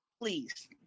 Please